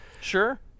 Sure